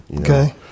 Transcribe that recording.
Okay